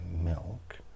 milk